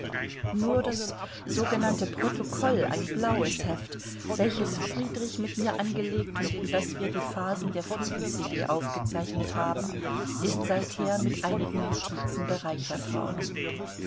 nur das sogenannte protokoll ein blaues heft welches friedrich mit mir angelegt und in das wir die phasen der friedensidee aufgezeichnet haben ist seither mit einigen notizen bereichert worden